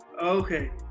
Okay